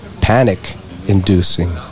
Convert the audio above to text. panic-inducing